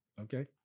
Okay